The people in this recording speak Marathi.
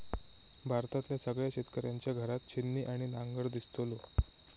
भारतातल्या सगळ्या शेतकऱ्यांच्या घरात छिन्नी आणि नांगर दिसतलो